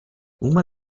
uma